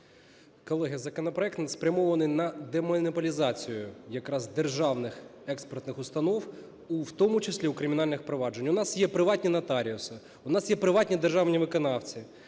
Колеги, законопроект спрямований на демонополізацію якраз державних експертних установ, в тому числі кримінальних проваджень. У нас є приватні нотаріуси, у нас є приватні державні виконавці.